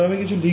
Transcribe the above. একইভাবে ∇h